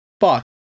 fuck